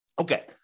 Okay